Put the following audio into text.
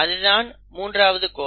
அது தான் மூன்றாவது கோடன்